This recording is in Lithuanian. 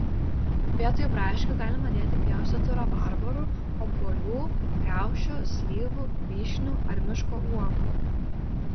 vietoj braškių galima dėti pjaustytų rabarbarų obuolių kriaušių slyvų vyšnių ar miško uogų